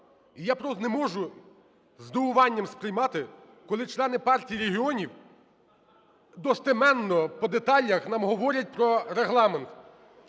я просто не можу із здивуванням сприймати, коли члени Партії регіонів достеменно по деталях нам говорять про Регламент.